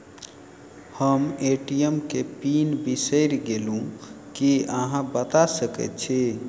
हम ए.टी.एम केँ पिन बिसईर गेलू की अहाँ बता सकैत छी?